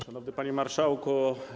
Szanowny Panie Marszałku!